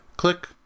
Click